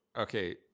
Okay